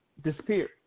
disappeared